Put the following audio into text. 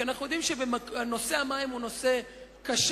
כי אנחנו יודעים שנושא המים הוא נושא קשה,